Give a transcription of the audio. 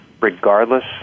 regardless